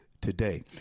today